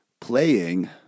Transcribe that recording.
Playing